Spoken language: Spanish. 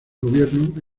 gobierno